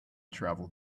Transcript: travel